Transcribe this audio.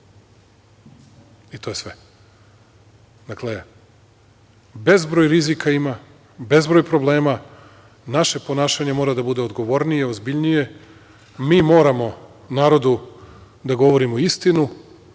i to je sve. Dakle, bezbroj rizika ima, bezbroj problema. Naše ponašanje mora da bude odgovornije, ozbiljnije. Mi moramo narodu da govorimo istinu,